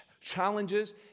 challenges